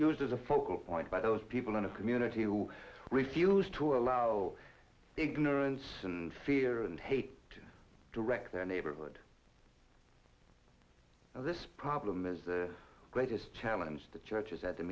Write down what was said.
used as a focal point by those people in a community you refuse to allow ignorance and fear and hate to direct their neighborhood so this problem is the greatest challenge the church is at the